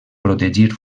protegir